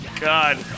God